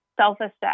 self-assess